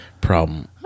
problem